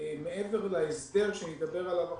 מעבר להסדר שאני אדבר עליו עכשיו,